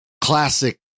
classic